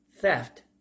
theft